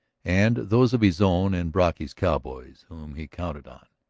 and those of his own and brocky's cowboys whom he counted on.